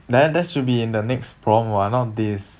then that should be in the next prompt [what] not this